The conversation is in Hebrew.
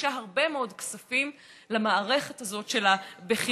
מפרישה הרבה מאוד כספים למערכת הזאת של הבחירות.